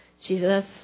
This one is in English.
Jesus